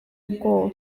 ubwoba